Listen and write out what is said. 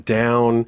down